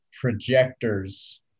projectors